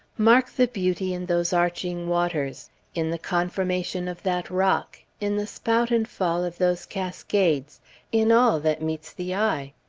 mark the beauty in those arching waters in the conformation of that rock in the spout and fall of those cascades in all that meets the eye.